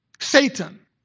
Satan